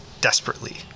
desperately